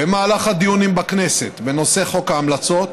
במהלך הדיונים בכנסת בנושא חוק ההמלצות